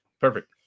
perfect